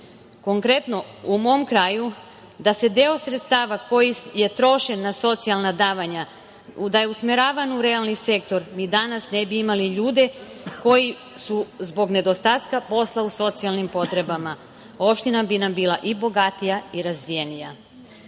Konkretno, u mom kraju, da je deo sredstava koji je trošen na socijalna davanja, da je usmeravan na realni sektor, mi danas ne bi imali ljude koji su zbog nedostatka posla u socijalnim potrebama. Opština bi nam bila i bogatija i razvijenija. Zato